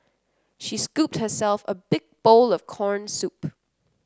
she scooped herself a big bowl of corn soup